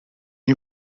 you